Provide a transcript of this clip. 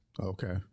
Okay